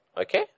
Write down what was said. Okay